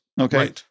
Okay